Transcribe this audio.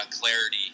clarity